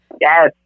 yes